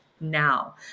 now